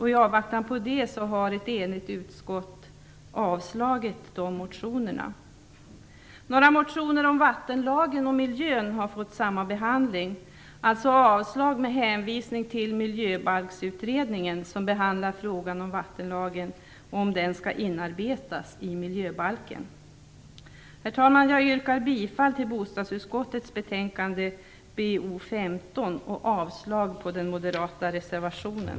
I avvaktan på det har ett enigt utskott avstyrkt de motionerna. Några motioner om vattenlagen och miljön har fått samma behandling, dvs. avstyrkan med hänvisning till Miljöbalksutredningen, som behandlar frågan om vattenlagen skall inarbetas i miljöbalken. Herr talman! Jag yrkar bifall till hemställan i bostadsutskottets betänkande nr 15 och avslag på den moderata reservationen.